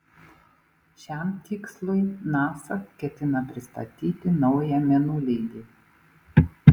šiam tikslui nasa ketina pristatyti naują mėnuleigį